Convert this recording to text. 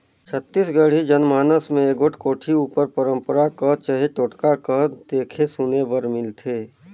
छत्तीसगढ़ी जनमानस मे एगोट कोठी उपर पंरपरा कह चहे टोटका कह देखे सुने बर मिलथे